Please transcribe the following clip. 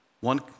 One